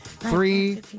Three